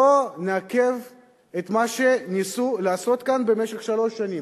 בואו נעכב את מה שניסו לעשות כאן במשך שלוש שנים.